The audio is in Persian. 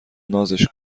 نازش